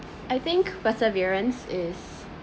I think perseverance is